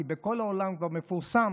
כי בכל העולם כבר מפורסם